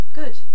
good